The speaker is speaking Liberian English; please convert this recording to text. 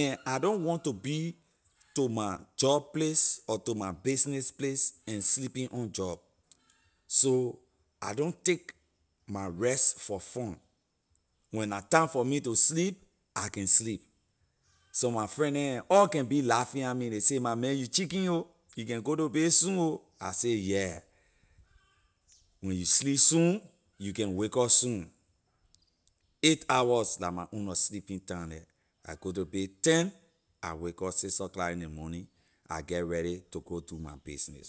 and I don’t want to be to my job place or to my business place and sleeping on job so I don’t take my rest for fun when la time for me to sleep I can sleep some my friend neh and all can be laughing at me ley say my man you chicken oh you can go to bay soon oh I say yeah when you sleep soon you can wake up soon eight hours la my own nor sleeping time there I go to bay ten I wake up six o’clock in ley morning I get ready to go do my business.